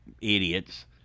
idiots